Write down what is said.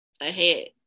ahead